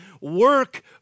work